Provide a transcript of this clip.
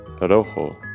Rojo